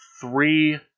three